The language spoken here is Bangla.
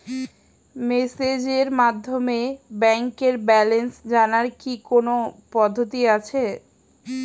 মেসেজের মাধ্যমে ব্যাংকের ব্যালেন্স জানার কি কোন পদ্ধতি আছে?